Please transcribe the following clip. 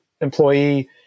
employee